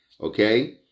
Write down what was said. okay